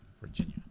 Virginia